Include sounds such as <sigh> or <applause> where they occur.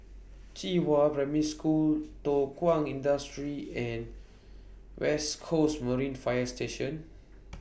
Qihua Primary School <noise> Thow Kwang Industry and West Coast Marine Fire Station